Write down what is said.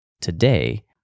Today